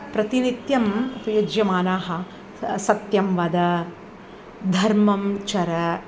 प्रतिनित्यं प्रयुज्यमानाः सत्यं वद धर्मं चर